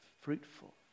fruitful